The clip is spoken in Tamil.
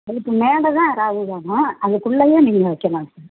அதுக்கு மேலே தான் ராகு காலம் அதுக்குள்ளேயே நீங்கள் வைக்கலாம் சார்